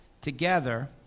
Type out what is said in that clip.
together